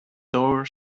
door